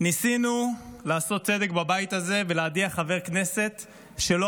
ניסינו לעשות צדק בבית הזה ולהדיח חבר כנסת שלא